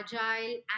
agile